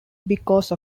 because